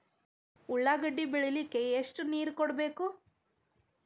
ಉಳ್ಳಾಗಡ್ಡಿ ಬೆಳಿಲಿಕ್ಕೆ ಎಷ್ಟು ನೇರ ಕೊಡಬೇಕು?